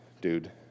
dude